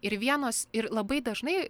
ir vienos ir labai dažnai